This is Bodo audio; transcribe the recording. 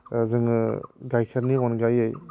जोङो गाइखेरनि अनगायै